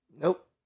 Nope